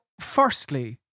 firstly